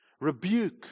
rebuke